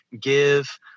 give